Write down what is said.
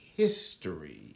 history